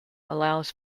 allows